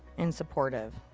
and supportive.